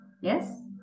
Yes